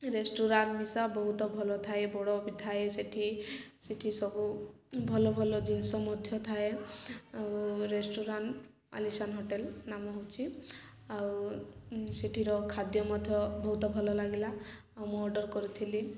restaurant ମିଶା ବହୁତ ଭଲ ଥାଏ ବଡ଼ ବି ଥାଏ ସେଠି ସେଠି ସବୁ ଭଲ ଭଲ ଜିନିଷ ମଧ୍ୟ ଥାଏ ଆଉ ରେଷ୍ଟୁରାଣ୍ଟ ଆଲିସାନ ହୋଟେଲ୍ ନାମ ହେଉଛି ଆଉ ସେଠିର ଖାଦ୍ୟ ମଧ୍ୟ ବହୁତ ଭଲ ଲାଗିଲା ଆଉ ମୁଁ ଅର୍ଡ଼ର୍ କରିଥିଲି